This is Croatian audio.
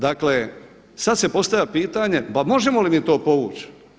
Dakle, sad se postavlja pitanje pa možemo li mi to povući?